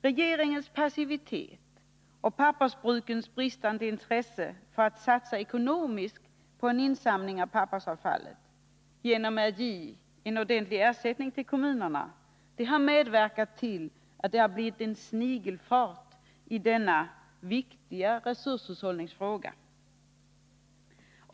Regeringens passivitet och pappersbrukens bristande intresse för att satsa ekonomiskt på insamling av pappersavfallet — genom att ge kommunerna ordentlig ersättning — har medverkat till snigelfarten i denna viktiga resurshållningsfråga.